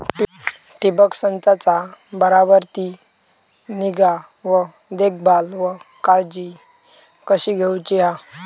ठिबक संचाचा बराबर ती निगा व देखभाल व काळजी कशी घेऊची हा?